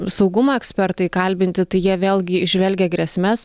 saugumo ekspertai kalbinti tai jie vėlgi įžvelgia grėsmes